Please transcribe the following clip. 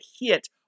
hit